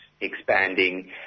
expanding